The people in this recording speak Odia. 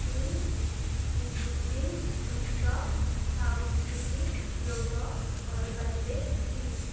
ସ୍ପ୍ରିଙ୍ଗ୍ ଗ୍ଲୁଟେନ୍ ମୁକ୍ତ ପାଉରୁଟି ଯୋଗ କରିପାରିବେ କି